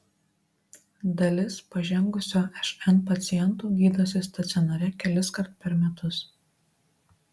dalis pažengusio šn pacientų gydosi stacionare keliskart per metus